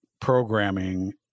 programming